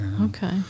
Okay